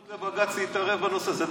אין סמכות לבג"ץ להתערב בנושא הזה.